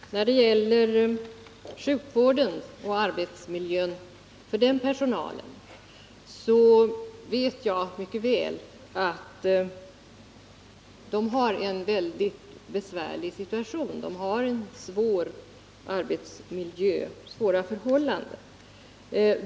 Herr talman! När det gäller sjukvårdspersonalen och dess arbetsmiljö vet jag mycket väl att situationen är väldigt besvärlig. Personalen har svåra arbetsmiljöförhållanden.